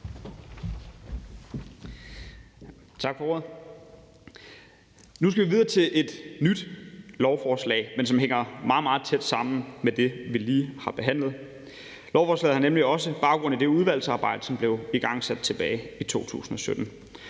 Tak for ordet. Nu skal vi videre til et nyt lovforslag, men det hænger meget, meget tæt sammen med det, vi lige har behandlet. Lovforslaget har nemlig også baggrund i det udvalgsarbejde, som blev igangsat tilbage i 2017,